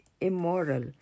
immoral